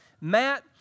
Matt